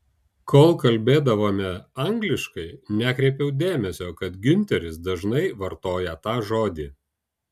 kol kalbėdavome angliškai nekreipiau dėmesio kad giunteris dažnai vartoja tą žodį